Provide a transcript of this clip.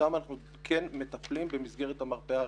ובהם אנחנו כן מטפלים במסגרת המרפאה הראשונית.